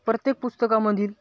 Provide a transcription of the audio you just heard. प्रत्येक पुस्तकामधील